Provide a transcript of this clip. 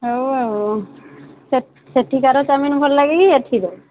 ହଉ ଆଉ ସେ ସେଠିକାର ଚାଉମିନ୍ ଭଲ ଲାଗେ ନା ଏଠିର